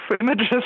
images